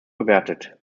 bewertet